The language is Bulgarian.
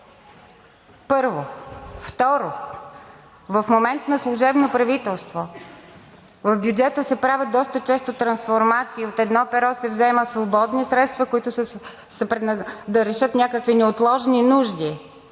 първо. Второ, в момент на служебно правителство в бюджета се правят доста често трансформации – от едно перо се вземат свободни средства да решат някакви неотложни нужди.